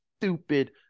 stupid